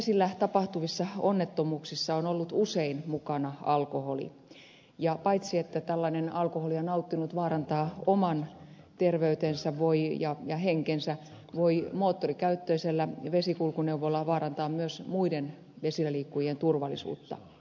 vesillä tapahtuvissa onnettomuuksissa on ollut usein mukana alkoholi ja paitsi että tällainen alkoholia nauttinut vaarantaa oman terveytensä ja henkensä voi moottorikäyttöisellä vesikulkuneuvolla vaarantaa myös muiden vesilläliikkujien turvallisuutta